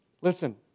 Listen